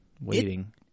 waiting